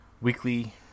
weekly